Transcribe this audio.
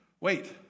Wait